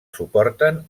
suporten